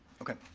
okay.